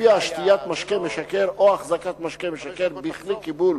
שלפיה שתיית משקה משכר או החזקת משקה משכר בכלי קיבול